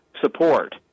support